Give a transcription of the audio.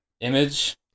image